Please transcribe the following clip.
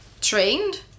trained